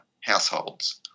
households